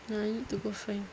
ya I need to go find